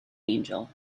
angel